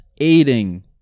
aiding